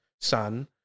sun